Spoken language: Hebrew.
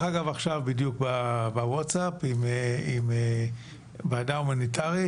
אגב עכשיו בדיוק בוואטסאפ עם ועדה הומניטרית